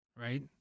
right